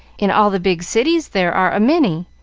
in all the big cities there are a many,